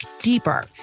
deeper